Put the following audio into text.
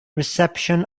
reception